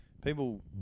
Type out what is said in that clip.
People